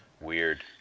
weird